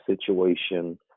situation